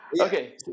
Okay